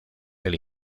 del